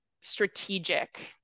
strategic